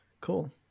Cool